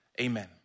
Amen